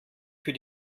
für